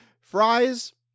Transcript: fries